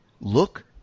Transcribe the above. Look